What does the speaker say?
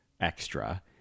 extra